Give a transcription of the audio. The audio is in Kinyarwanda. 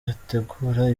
bategura